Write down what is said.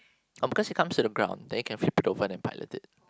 um because it comes to the ground the you can flip it over then pilot it